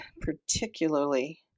particularly